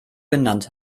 genannt